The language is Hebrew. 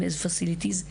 עם facilities,